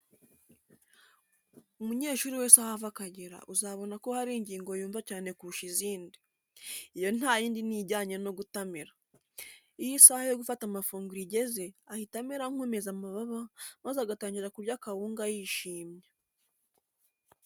Umunyeshuri wese aho ava akagera uzabona ko hari ingingo yumva cyane kurusha izindi. Iyo nta yindi ni ijyanye no gutamira. Iyo isaha yo gufata amafunguro igeze, ahita amera nk'umeze amababa maze agatangira kurya akawunga yishimye.